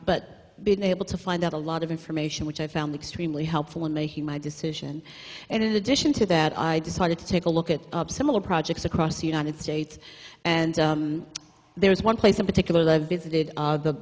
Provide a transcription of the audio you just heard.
but been able to find out a lot of information which i found extremely helpful in making my decision and in addition to that i decided to take a look at similar projects across the united states and there's one place in particular